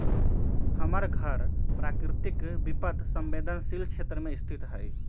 हमर घर प्राकृतिक विपत संवेदनशील क्षेत्र में स्थित हइ